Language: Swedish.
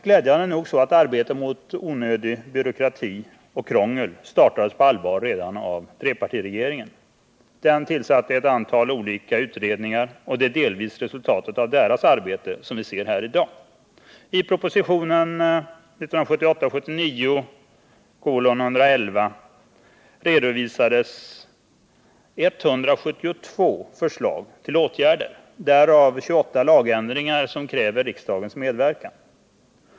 Glädjande nog startades arbetet mot onödig byråkrati och krångel på allvar redan av trepartiregeringen. Den tillsatte ett antal olika utredningar, och det är delvis resultatet av deras arbete som vi ser här i dag. I propositionen 1978/79:111 redovisas 172 förslag till åtgärder, därav 28 lagändringar som kräver riksdagens medverkan.